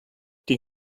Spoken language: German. die